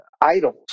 idols